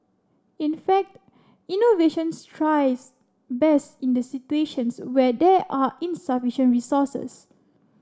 in fact innovations thrives best in the situations where there are insufficient resources